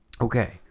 Okay